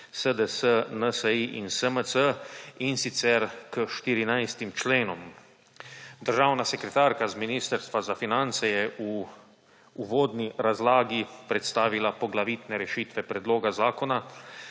SDS, NSi in SMC, in sicer k 14 členom. Državna sekretarka z Ministrstva za finance je v uvodni razlagi predstavila poglavitne rešitve predloga zakona,